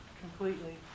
completely